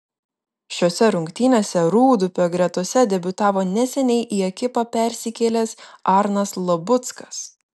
šiose rungtynėse rūdupio gretose debiutavo neseniai į ekipą persikėlęs arnas labuckas